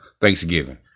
Thanksgiving